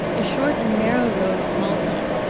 a short and narrow row of small teeth,